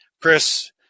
Chris